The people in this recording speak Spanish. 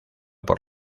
por